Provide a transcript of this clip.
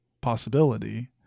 possibility